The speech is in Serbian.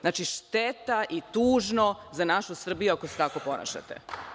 Znači, šteta i tužno za našu Srbiju ako se tako ponašate.